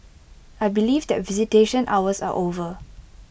I believe that visitation hours are over